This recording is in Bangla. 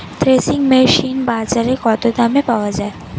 থ্রেসিং মেশিন বাজারে কত দামে পাওয়া যায়?